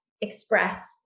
express